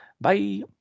Bye